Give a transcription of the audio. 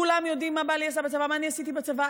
כולם יודעים מה בעלי עשה בצבא, מה אני עשיתי בצבא.